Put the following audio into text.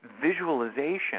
visualization